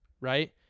right